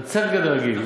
שהן יוצאות מגדר הרגיל.